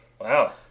Wow